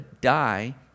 die